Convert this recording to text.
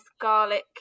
garlic